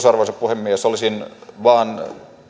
arvoisa puhemies olisin vain